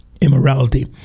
immorality